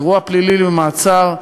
אירוע פלילי למעצר,